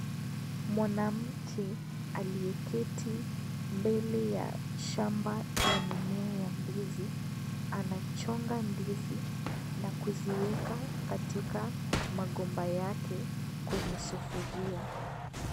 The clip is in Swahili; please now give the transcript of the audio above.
Mwanamke aliyeketi mbele ya shamba la mimea ya ndizi ,anachonga ndizi na kuziweka katika magomba yake kwenye sufuria.